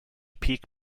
peak